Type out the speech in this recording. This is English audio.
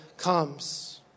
comes